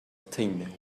tinged